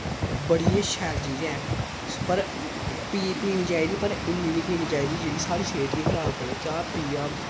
बड़ी गै शैल चीज़ ऐ पर पी पीनी चाहिदी पर इ'न्नी नी पीनी चाहिदी जेह्ड़ी साढ़ी सेह्त गी खराब करै चाह् पियै